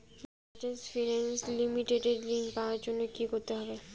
Bajaj finance limited এ ঋন পাওয়ার জন্য কি করতে হবে?